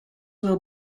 will